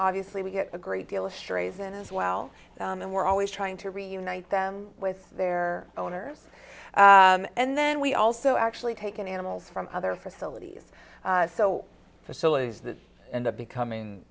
obviously we get a great deal of strays in as well and we're always trying to reunite them with their owners and then we also actually take an animal from other facilities so facilities that end up becoming